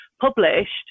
published